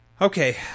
okay